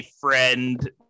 friend